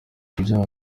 ibyaha